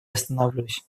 остановлюсь